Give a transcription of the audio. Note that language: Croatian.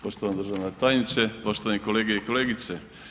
Poštovana državna tajnice, poštovane kolegice i kolege.